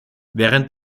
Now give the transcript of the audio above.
während